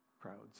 crowds